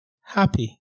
happy